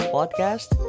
Podcast